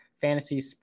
Fantasy